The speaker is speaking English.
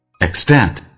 Extent